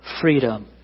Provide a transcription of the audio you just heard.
freedom